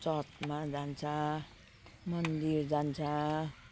चर्चमा जान्छ मन्दिर जान्छ